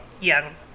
Young